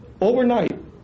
overnight